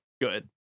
Good